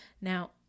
Now